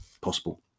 possible